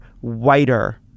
whiter